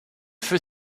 feu